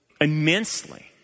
immensely